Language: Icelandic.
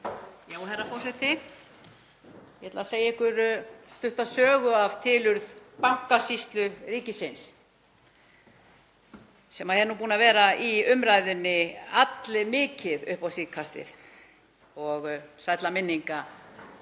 Herra forseti. Ég ætla að segja ykkur stutta sögu af tilurð Bankasýslu ríkisins sem er búin að vera í umræðunni allmikið upp á síðkastið, sælla minninga